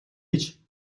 гэж